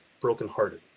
brokenhearted